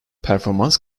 performans